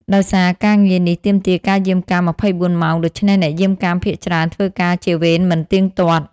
ដោយសារការងារនេះទាមទារការយាមកាម ២៤ ម៉ោង ដូច្នេះអ្នកយាមកាមភាគច្រើនធ្វើការជាវេនមិនទៀងទាត់។